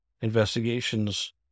investigations